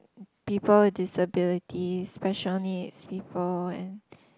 people disability special needs people and